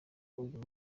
uyu